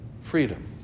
freedom